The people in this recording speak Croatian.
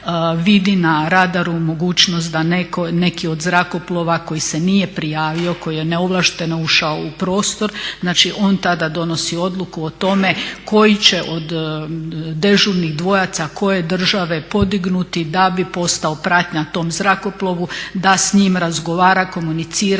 vidi na radaru mogućnost da neki od zrakoplova koji se nije prijavio koji je neovlašteno ušao u prostor, znači on tada donosi odluku o tome koji će od dežurnih dvojaca koje države podignuti da bi postao pratnja tom zrakoplovu, da sa njim razgovara, komunicira